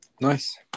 Nice